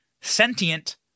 sentient